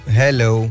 hello